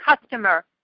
customer